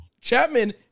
Chapman